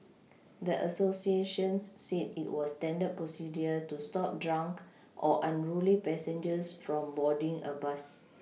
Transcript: the Associations said it was standard procedure to stop drunk or unruly passengers from boarding a bus